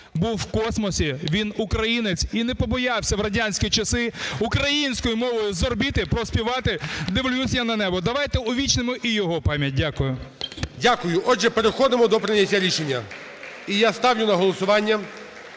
був у космосі, він українець і не побоявся в радянські часи українською мовою з орбіти проспівати "Дивлюсь я на небо". Давайте увічнимо і його пам'ять. Дякую. ГОЛОВУЮЧИЙ. Дякую. Отже, переходимо до прийняття рішення. І я ставлю на голосування